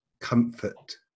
comfort